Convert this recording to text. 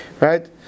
right